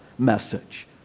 message